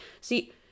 see